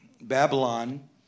Babylon